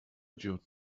جون